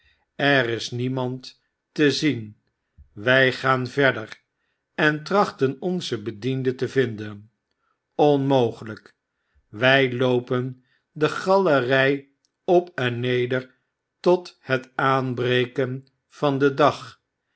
er is niemand te zien wy gaan verder en trachten onzen bediende te vinden onmogelyk wy loopen de galery op ert neder tot het aanbreken van den dag